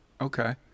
Okay